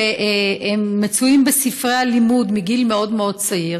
כשהם מצויים בספרי הלימוד לגיל מאוד מאוד צעיר,